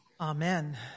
Amen